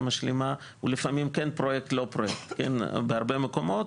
משלימה הוא לפעמים כן פרויקט/לא פרויקט בהרבה מקומות.